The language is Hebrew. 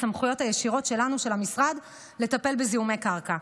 הסמכויות הישירות של המשרד שלנו לטפל בזיהומי קרקע.